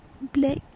black